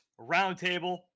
Roundtable